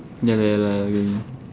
ya lah ya lah again